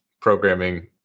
programming